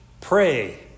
pray